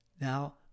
now